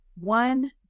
one